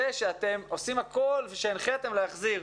ציינת את זה שאתם עושים הכול ושהנחיתם להחזיר.